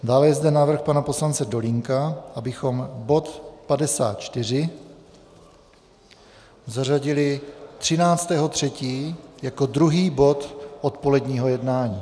Dále je zde návrh pana poslance Dolínka, abychom bod 54 zařadili 13. 3. jako druhý bod odpoledního jednání.